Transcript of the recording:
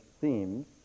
themes